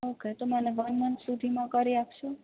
okay તો મને one month સુધીમાં કરી આપશો